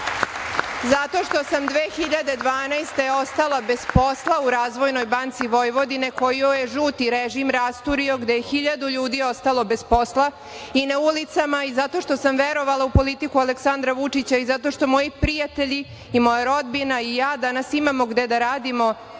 zato što sam 2012. godine ostala bez posla u Razvojnoj banci Vojvodine, koju je žuti režim rasturio, gde je 1000 ljudi ostalo bez posla i na ulicama i zato što sam verovala u politiku Aleksandra Vučića i zato što moji prijatelji i moja rodbina i ja danas imamo gde da radimo,